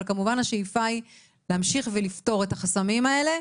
אבל כמובן השאיפה היא להמשיך ולפתור את החסמים האלה,